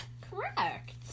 Correct